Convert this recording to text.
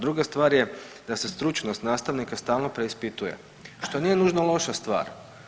Druga stvar je da se stručnost nastavnika stalno preispituje, što nije nužno loša stvar.